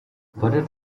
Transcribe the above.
buried